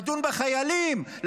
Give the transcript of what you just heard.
לדון בחיילים,